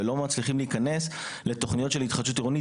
ולא מצליחים להיכנס לתוכניות של התחדשות עירונית.